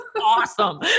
awesome